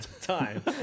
time